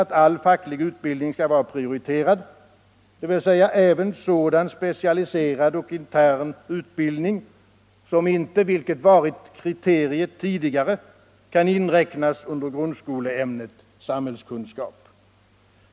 att all facklig utbildning skall vara prioriterad, dvs. även sådan specialiserad och intern utbildning som inte, vilket varit kriteriet tidigare, kan inräknas under grundskoleämnet samhällskunskap.